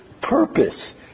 purpose